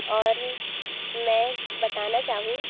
और मैं बताना चाहूँ